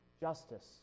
justice